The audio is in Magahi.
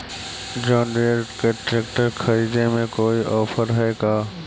जोन डियर के ट्रेकटर खरिदे में कोई औफर है का?